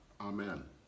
amen